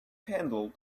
handled